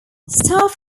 staff